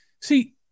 see